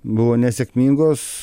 buvo nesėkmingos